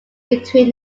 between